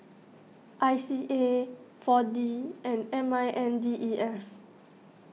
I C A four D and M I N D E F